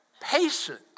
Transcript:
patient